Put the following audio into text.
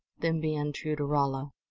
than be untrue to rolla!